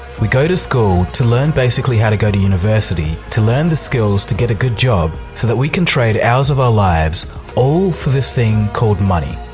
we go to school to learn basically how to go to university, to learn the skills to get a good job so that we can trade hours of our lives all for this thing called money.